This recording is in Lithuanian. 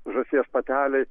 žąsies patelei